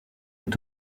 est